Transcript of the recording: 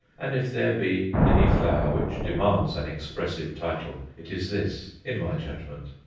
and if there be any flower which demands an expressive title, it is this, in my judgment.